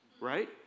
right